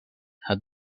had